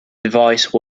device